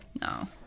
no